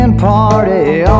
Party